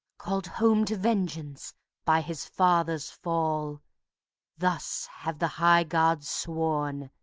called home to vengeance by his father's fall thus have the high gods sworn,